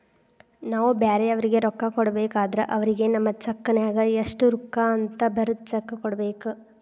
ನಾವು ಬ್ಯಾರೆಯವರಿಗೆ ರೊಕ್ಕ ಕೊಡಬೇಕಾದ್ರ ಅವರಿಗೆ ನಮ್ಮ ಚೆಕ್ ನ್ಯಾಗ ಎಷ್ಟು ರೂಕ್ಕ ಅಂತ ಬರದ್ ಚೆಕ ಕೊಡಬೇಕ